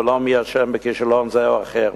ולא מי אשם בכישלון זה או אחר.